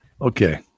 Okay